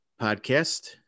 podcast